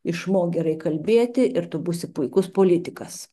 išmok gerai kalbėti ir tu būsi puikus politikas